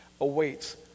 awaits